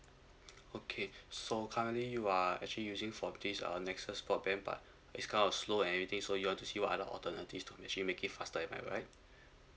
okay so currently you are actually using forties uh nexus broadband but it's kind of slow and everything so you all want to see what other alternative to actually make it faster am I right